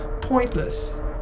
pointless